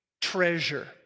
treasure